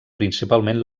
principalment